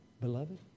beloved